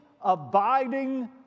abiding